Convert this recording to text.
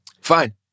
Fine